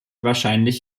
wahrscheinlich